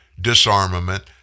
disarmament